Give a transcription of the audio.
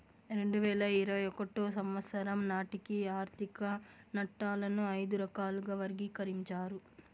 రెండు వేల ఇరవై ఒకటో సంవచ్చరం నాటికి ఆర్థిక నట్టాలను ఐదు రకాలుగా వర్గీకరించారు